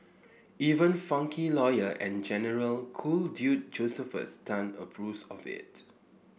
even funky lawyer and generally cool dude Josephus Tan approves of it